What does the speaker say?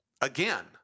Again